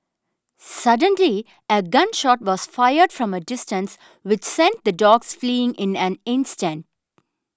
suddenly a gun shot was fired from a distance which sent the dogs fleeing in an instant